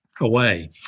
away